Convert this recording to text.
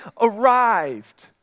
arrived